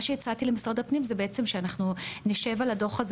מה שהצעתי למשרד הפנים זה שנשב על הדוח הזה